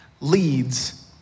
leads